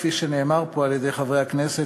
כפי שנאמר פה על-ידי חברי הכנסת,